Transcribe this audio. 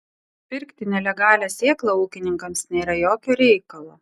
pirkti nelegalią sėklą ūkininkams nėra jokio reikalo